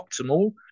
optimal